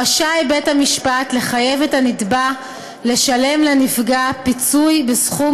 רשאי בית המשפט לחייב את הנתבע לשלם לנפגע פיצוי בסכום